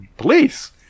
police